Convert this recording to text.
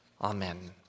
Amen